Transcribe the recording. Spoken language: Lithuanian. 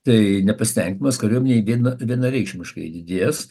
tai nepasitenkinimas kariuomenėj vien vienareikšmiškai didės